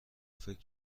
فکر